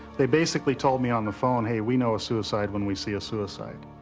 they basically told me on the phone, hey, we know a suicide when we see a suicide.